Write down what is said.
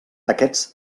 aquests